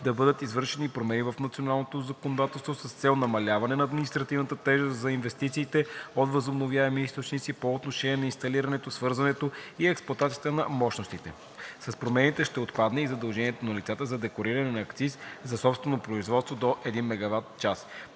да бъдат извършени промени в националното законодателство с цел намаляване на административната тежест за инвестициите от възобновяеми източници по отношение на инсталирането, свързването и експлоатацията на мощностите. С промените ще отпадне и задължението на лицата за деклариране на акциз за собствено производство до 1 MW.